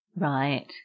right